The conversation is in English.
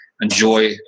enjoy